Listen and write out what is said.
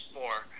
more